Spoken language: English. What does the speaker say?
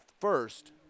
first